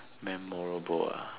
memorable ah